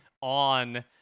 on